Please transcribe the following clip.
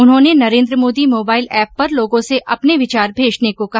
उन्होंने Narendra Modi mobile app पर लोगों से अपने विचार भेजने को कहा